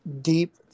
deep